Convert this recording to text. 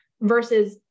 versus